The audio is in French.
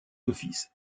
office